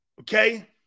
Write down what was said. Okay